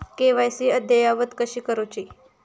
KYC अद्ययावत कशी करुची?